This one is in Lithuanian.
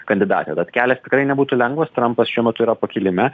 kandidatė bet kelias tikrai nebūtų lengvas trampas šiuo metu yra pakilime